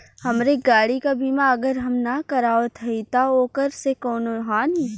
हमरे गाड़ी क बीमा अगर हम ना करावत हई त ओकर से कवनों हानि?